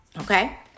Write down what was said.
Okay